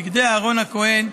בגדי אהרן הכהן,